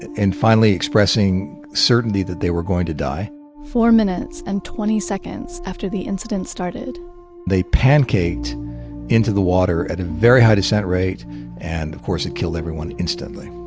and finally expressing certainty that they were going to die four minutes and twenty seconds after the incident started they pancaked into the water at a very high descent rate and of course it killed everyone instantly